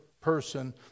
person